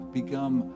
become